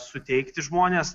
suteikti žmonės